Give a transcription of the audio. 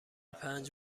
پنج